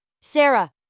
Sarah